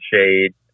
shade